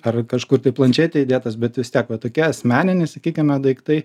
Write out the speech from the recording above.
ar kažkur tai planšetėj įdėtas bet vis tiek va tokie asmeniniai sakykime daiktai